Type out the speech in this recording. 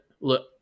look